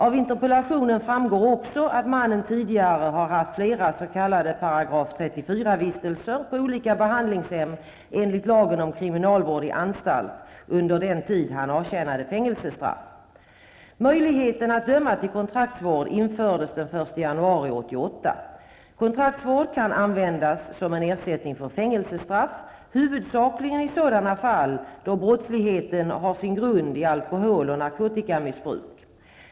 Av interpellationen framgår också att mannen tidigare har haft flera s.k. § 34-vistelser på olika behandlingshem enligt lagen om kriminalvård i anstalt under den tid han avtjänade fängelsestraff. Möjligheten att döma till kontraktsvård infördes den 1 januari 1988. Kontraktsvård kan användas som en ersättning för fängelsestraff huvudsakligen i sådana fall då brottsligheten har sin grund i alkohol eller narkotikamissbruk.